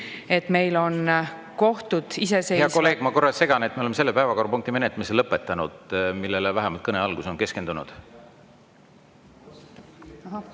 et meil on kohtud iseseisvad. Hea kolleeg, ma korra segan. Me oleme selle päevakorrapunkti menetlemise lõpetanud, millele te vähemalt teie kõne alguses keskendusite.